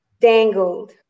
dangled